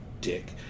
dick